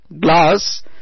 glass